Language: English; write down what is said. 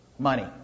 Money